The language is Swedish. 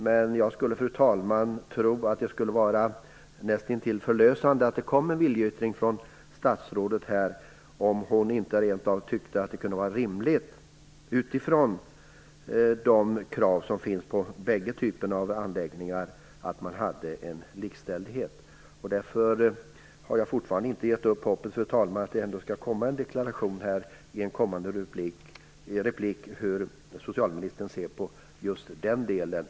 Men jag tror att det skulle vara nästintill förlösande om statsrådet gav en viljeyttring om att en likställdhet kunde vara rimlig, utifrån de krav som finns på bägge typerna av anläggningar. Fru talman! Jag har ännu inte gett hoppet om en deklaration i kommande inlägg om hur socialministern ser på just den delen.